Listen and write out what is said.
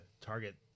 Target